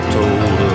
told